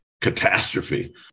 catastrophe